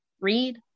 read